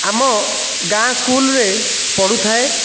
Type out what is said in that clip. ଆମ ଗାଁ ସ୍କୁଲ୍ରେ ପଢ଼ୁଥାଏ